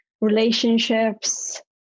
relationships